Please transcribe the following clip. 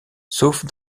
sauf